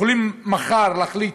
יכולים מחר להחליט,